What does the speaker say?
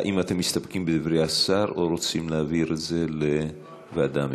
האם אתם מסתפקים בדברי השר או רוצים להעביר את זה לוועדה מסוימת?